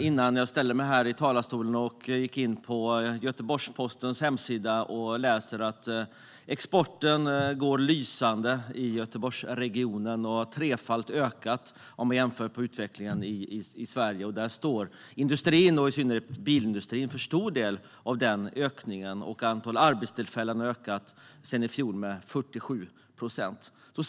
Innan jag gick upp i talarstolen var jag inne på Göteborgs-Postens hemsida och kunde läsa att exporten från Göteborgsregionen går lysande och har ökat trefalt i jämförelse med utvecklingen i övriga Sverige. I synnerhet bilindustrin står för en stor del av den ökningen. Antalet arbetstillfällen har ökat med 47 procent sedan i fjol.